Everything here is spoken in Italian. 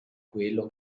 quello